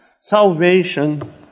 salvation